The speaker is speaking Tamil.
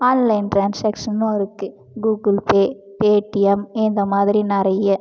ஆன்லைன் ட்ரான்ஸ்செக்ஷனும் இருக்குது கூகுள் பே பேடிஎம் இந்த மாதிரி நிறைய